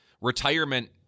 retirement